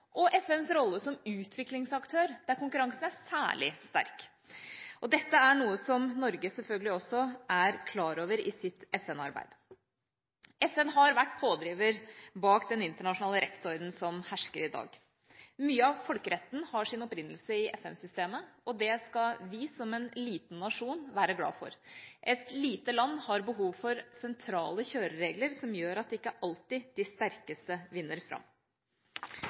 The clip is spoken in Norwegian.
Dette er noe Norge selvfølgelig også er klar over i sitt FN-arbeid. FN har vært pådriver bak den internasjonale rettsordenen som hersker i dag. Mye av folkeretten har sin opprinnelse i FN-systemet, og det skal vi som en liten nasjon være glad for. Et lite land har behov for sentrale kjøreregler som gjør at ikke alltid de sterkeste vinner fram.